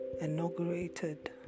inaugurated